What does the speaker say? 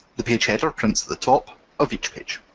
the page header prints at the top of each page.